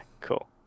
cool